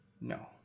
No